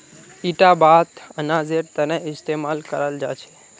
इटा बात अनाजेर तने इस्तेमाल कराल जा छे